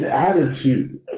attitude